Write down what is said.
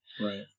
right